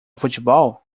futebol